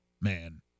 man